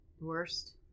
Worst